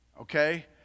Okay